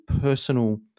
personal